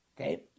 Okay